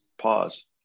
Pause